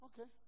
Okay